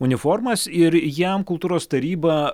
uniformas ir jam kultūros taryba